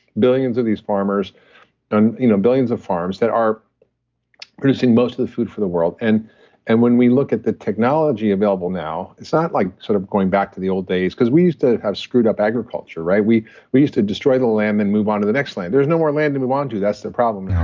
billions of these farmers and you know billions of farms that are producing most of the food for the world, and and when we look at the technology available now, it's not like sort of going back to the old days because we used to have screwed up agriculture. we we used to destroy the lamb and move on to the next land. there's no more land to move on to. that's the problem now